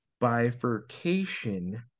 bifurcation